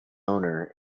owner